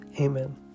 Amen